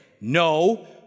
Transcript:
no